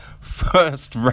First